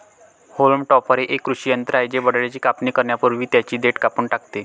haulm topper हे एक कृषी यंत्र आहे जे बटाट्याची कापणी करण्यापूर्वी त्यांची देठ कापून टाकते